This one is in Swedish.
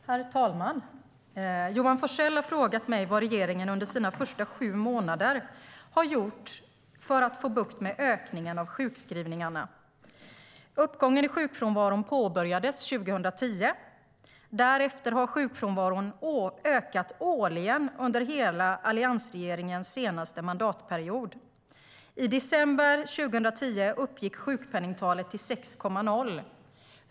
Herr talman! Johan Forssell har frågat mig vad regeringen under sina första sju månader har gjort för att få bukt med ökningen av sjukskrivningarna. Uppgången i sjukfrånvaron började 2010. Därefter har sjukfrånvaron ökat årligen under hela alliansregeringens senaste mandatperiod. I december 2010 uppgick sjukpenningtalet till 6,0.